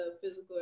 physical